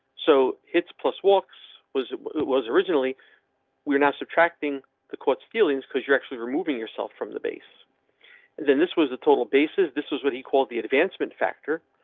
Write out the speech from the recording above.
so it's plus walks was it was originally were not subtracting the quotes feelings cause you're actually removing yourself from the base and then this was a total basis. this was what he called the advancement factor,